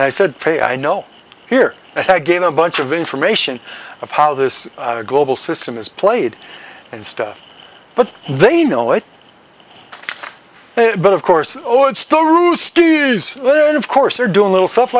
and i said hey i know here i gain a bunch of information of how this global system is played and stuff but they know it but of course old story is of course they're doing little stuff